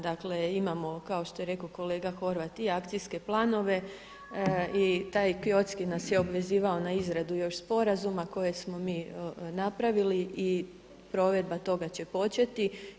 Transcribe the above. Dakle, imamo kao što je rekao kolega Horvat i akcijske planove i taj Kyotski nas je obvezivao na izradu još sporazuma koje smo mi napravili i provedba toga će početi.